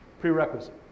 prerequisite